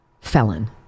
felon